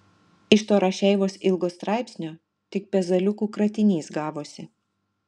iš to rašeivos ilgo straipsnio tik pezaliukų kratinys gavosi